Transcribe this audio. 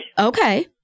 Okay